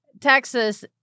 Texas